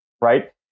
right